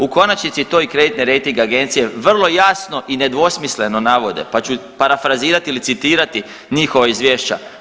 U konačnici je to i kreditni rejting agencije vrlo jasno i nedvosmisleno navode, pa ću parafrazirati ili citirati njihova izvješća.